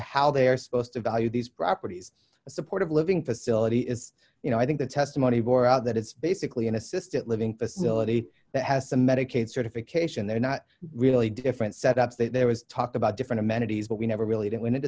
how they are supposed to value these properties the support of living facility is you know i think the testimony bore out that it's basically an assisted living facility that has a medicaid certification they're not really different setups there was talk about different amenities but we never really did